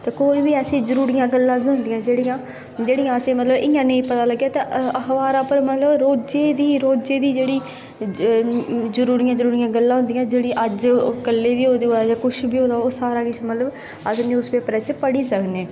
ते कोई बी ऐसियां जरूरी गल्लां बी होंदियां जेह्ड़ियां इंया पता निं लग्गे ते अखबारै र रोज़ रोज़ जेह्ड़ी जरूरी जरूरी गल्लां होंदियां जेह्ड़ियां अज्ज दी होवै कल्ल होऐ ओह् सारा किश मतलब अस न्यूज़पेपर उप्पर पढ़ी सकने